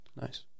Nice